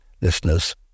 listeners